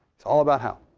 it's all about how.